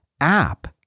app